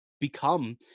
become